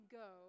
go